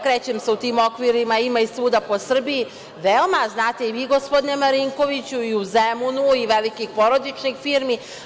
Krećem se u tim okvirima, ali ima ih svuda po Srbiji, znate i vi, gospodine Marinkoviću, i u Zemunu i velikih porodičnih firmi.